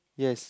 yes